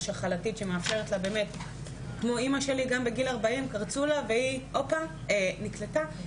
שחלתית שמאפשרת לה = כמו שאימא שלי בקלות נקלטה אחרי גיל 40,